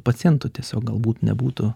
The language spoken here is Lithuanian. pacientų tiesiog galbūt nebūtų